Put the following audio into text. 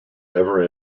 ever